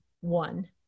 one